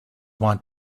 wanted